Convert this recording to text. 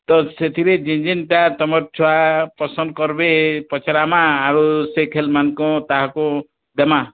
ତ ସେଥିରେ ଜିନ୍ ଜିନଟା ତମର୍ ଛୁଆ ପସନ୍ଦ କରବେ ପଚରାମା ଆଉ ସେ ଖେଳମାନଙ୍କୁ ତାହାଙ୍କୁ ଦେମାଁ